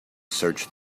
search